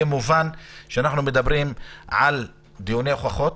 מובן שאנחנו מדברים על דיוני הוכחות,